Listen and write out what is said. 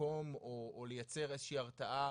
במקום או לייצר איזו שהיא הרתעה